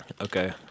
okay